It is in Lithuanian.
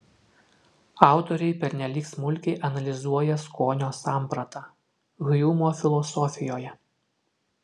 autoriai pernelyg smulkiai analizuoja skonio sampratą hjumo filosofijoje